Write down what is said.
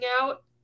out